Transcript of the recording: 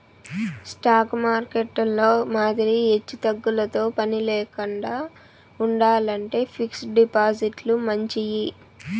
stock మార్కెట్టులో మాదిరి ఎచ్చుతగ్గులతో పనిలేకండా ఉండాలంటే ఫిక్స్డ్ డిపాజిట్లు మంచియి